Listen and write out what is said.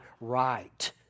right